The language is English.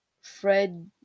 Fred